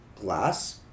glass